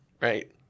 Right